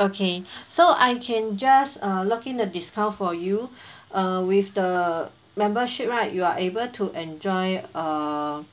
okay so I can just err lock in the discount for you err with the membership right you are able to enjoy a